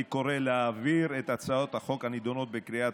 אני קורא להעביר את הצעות החוק הנדונות בקריאה